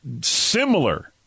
similar